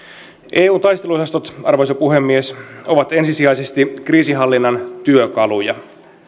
eu taisteluosastot arvoisa puhemies ovat ensisijaisesti kriisinhallinnan työkaluja